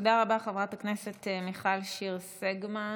תודה רבה, חברת הכנסת מיכל שיר סגמן.